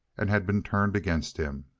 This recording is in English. and had been turned against him.